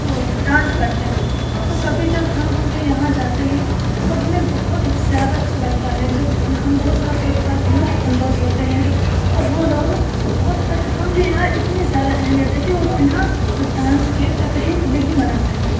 وہ ڈانس کرتے ہیں تو کبھی جب ہم ان کے یہاں جاتے ہیں تو ہمیں بہت زیادہ اچھا لگتا ہے لطف ہم بہت زیادہ لطف اندوز ہوتے ہیں اور وہ لوگ بہت اچھا ان کے یہاں اتنی زیادہ اہمیت ہے کہ وہ بنا ڈانس کے تقریب نہیں مناتے ہیں